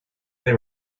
they